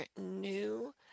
new